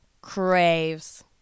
craves